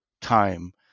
time